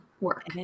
work